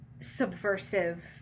subversive